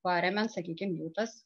paremiant sakykim jų tas